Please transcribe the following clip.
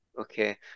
okay